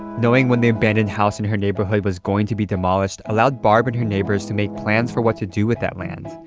knowing when the abandoned house in her neighborhood was going to be demolished allowed barb and her neighbors to make plans for what to do with that land.